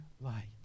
light